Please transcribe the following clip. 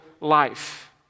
life